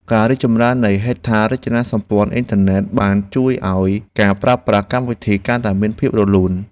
ការរីកចម្រើននៃហេដ្ឋារចនាសម្ព័ន្ធអ៊ិនធឺណិតបានជួយឱ្យការប្រើប្រាស់កម្មវិធីកាន់តែមានភាពរលូន។